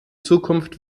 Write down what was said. zukunft